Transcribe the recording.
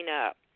up